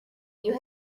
you